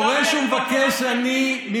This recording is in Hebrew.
דורש ומבקש אני,